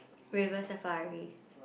River-Safari